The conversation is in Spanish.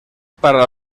para